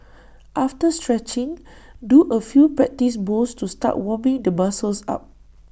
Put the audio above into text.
after stretching do A few practice bowls to start warming the muscles up